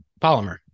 polymer